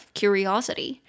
curiosity